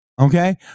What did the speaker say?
Okay